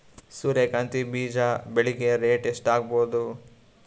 ಸೂರ್ಯ ಕಾಂತಿ ಬೀಜ ಬೆಳಿಗೆ ರೇಟ್ ಎಷ್ಟ ಆಗಬಹುದು?